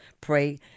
pray